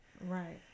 Right